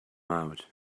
out